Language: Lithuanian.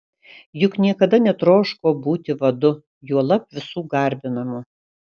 juk niekada netroško būti vadu juolab visų garbinamu